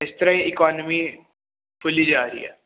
ਇਸ ਤਰ੍ਹਾਂ ਹੀ ਇਕੋਨਮੀ ਫੁੱਲੀ ਜਾ ਰਹੀ ਆ